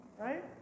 Right